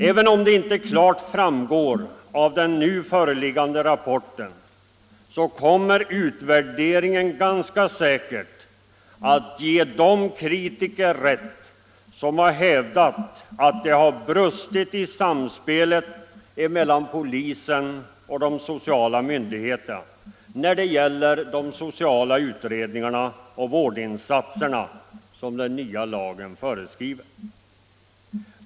Även om det inte klart framgår av den nu föreliggande rapporten, kommer utvärderingen ganska säkert att ge de kritiker rätt som har hävdat, att det har brustit i samspelet mellan polisen och de sociala myndigheterna när det gäller de sociala utredningar och vårdinsatser som den nya lagen föreskriver.